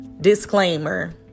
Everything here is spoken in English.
Disclaimer